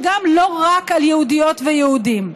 וגם לא רק על יהודיות ויהודים.